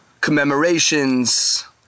commemorations